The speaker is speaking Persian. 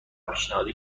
پیشنهادی